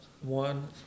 one